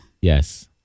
Yes